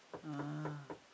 oh